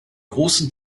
großen